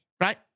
right